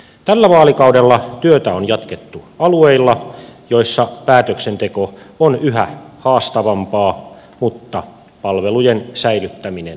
tällä vaalikaudella työtä on jatkettu alueilla missä päätöksenteko on yhä haastavampaa mutta palvelujen säilyttäminen tärkeää